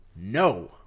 no